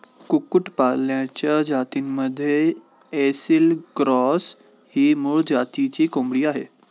कुक्कुटपालनाच्या जातींमध्ये ऐसिल क्रॉस ही मूळ जातीची कोंबडी आहे